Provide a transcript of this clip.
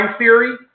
theory